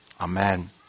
Amen